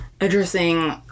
addressing